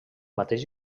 mateix